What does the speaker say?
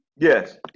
Yes